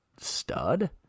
stud